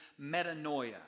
metanoia